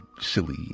silly